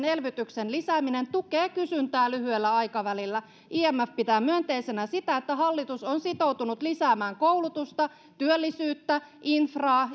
elvytyksen lisääminen tukee kysyntää lyhyellä aikavälillä imf pitää myönteisenä sitä että hallitus on sitoutunut lisäämään koulutusta työllisyyttä infraa